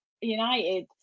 United